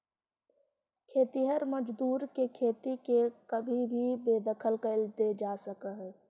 खेतिहर मजदूर के खेती से कभी भी बेदखल कैल दे जा हई